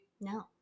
No